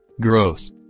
Gross